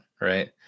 Right